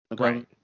okay